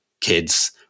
kids